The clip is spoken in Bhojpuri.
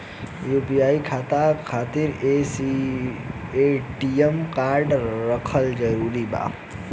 यू.पी.आई खाता खातिर ए.टी.एम कार्ड रहल जरूरी बा?